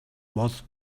was